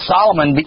Solomon